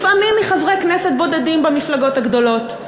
לפעמים מחברי כנסת בודדים במפלגות הגדולות.